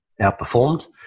outperformed